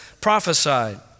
prophesied